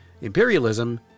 imperialism